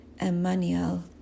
Emmanuel